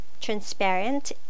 transparent